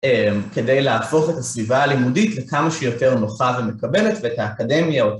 כדי להפוך את הסביבה הלימודית לכמה שיותר נוחה ומקבלת ואת האקדמיה.